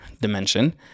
dimension